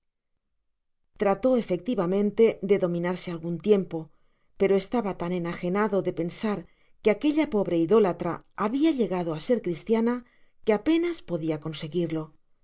trató efectivamente de dominarse algun tiempo pero estaba tan enagenado de pensar que aquella pobre idólatra habia hegado á ser cristiana que apenas podia conseguirlo